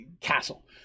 castle